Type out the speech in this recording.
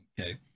Okay